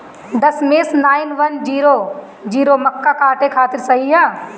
दशमेश nine one zero zero मक्का काटे खातिर सही ह?